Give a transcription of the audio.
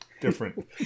different